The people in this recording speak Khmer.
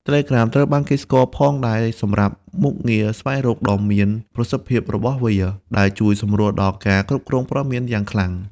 Telegram ត្រូវបានគេស្គាល់ផងដែរសម្រាប់ មុខងារស្វែងរក ដ៏មានប្រសិទ្ធភាពរបស់វា ដែលជួយសម្រួលដល់ការគ្រប់គ្រងព័ត៌មានយ៉ាងខ្លាំង។